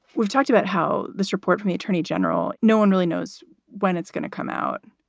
we've talked about how this report from attorney general. no one really knows when it's going to come out.